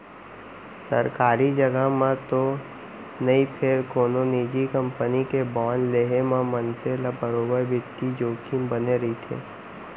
सरकारी जघा म तो नई फेर कोनो निजी कंपनी के बांड लेहे म मनसे ल बरोबर बित्तीय जोखिम बने रइथे